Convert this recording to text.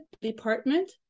department